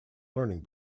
learning